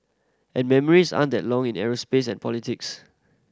and memories aren't that long in aerospace and politics